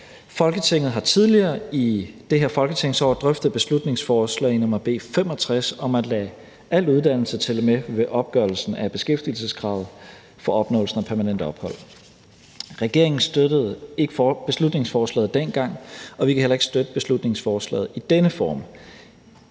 Folketinget har tidligere i det her folketingsår drøftet beslutningsforslag nr. B 65 om at lade al uddannelse tælle med ved opgørelsen af beskæftigelseskravet for opnåelsen af permanent ophold. Regeringen støttede ikke beslutningsforslaget dengang, og vi kan heller ikke støtte beslutningsforslaget i denne form.